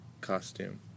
costume